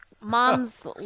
Moms